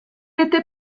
était